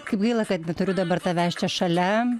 kaip gaila kad neturiu dabar tavęs čia šalia